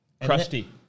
crusty